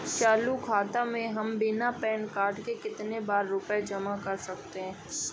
चालू खाता में हम बिना पैन कार्ड के कितनी रूपए जमा कर सकते हैं?